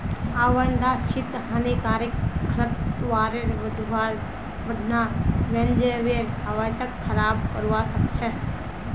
आवांछित हानिकारक खरपतवारेर बढ़ना वन्यजीवेर आवासक खराब करवा सख छ